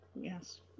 Yes